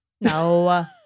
No